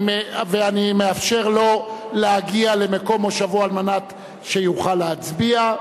ואני מאפשר לו להגיע למקום מושבו כדי שיוכל להצביע.